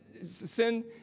sin